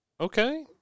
Okay